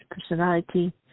personality